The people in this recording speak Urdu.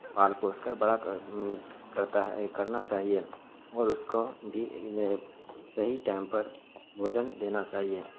پال پوس کر بڑا کرتا ہے کرنا چاہیے اور اس کو بھی نئے صحیح ٹائم پر بھوجن دینا چاہیے